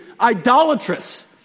idolatrous